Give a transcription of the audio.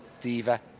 diva